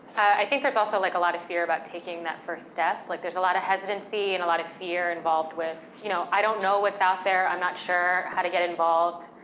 i think there's also, like, a lot of fear about taking that first step. like, there's a lot of hesitancy, and a lot of fear involved with, you know, i don't know what's out there. i'm not sure how to get involved.